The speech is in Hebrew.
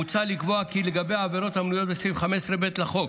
מוצע לקבוע כי לגבי העבירות המנויות בסעיף 15(ב) לחוק,